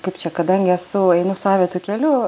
kaip čia kadangi esu einu savitu keliu